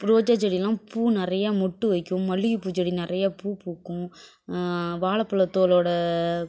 ரோஜா செடியெல்லாம் பூ நிறையா மொட்டு வைக்கும் மல்லிகைப்பூ செடி நிறையா பூ பூக்கும் வாழைப்பழ தோலோடய